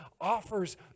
offers